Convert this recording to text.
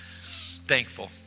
thankful